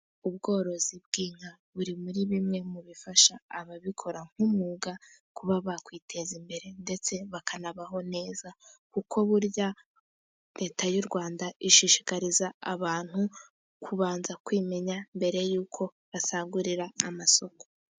Ubworozi bw'inka, buri muri bimwe mu bifasha ababikora nk'umwuga, kuba bakwiteza imbere ndetse bakanabaho neza, kuko burya leta y'u Rwanda ishishikariza abantu kubanza kwimenya mbere y'uko basagurira amasoko.